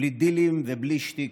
בלי דילים ובלי שטיקים.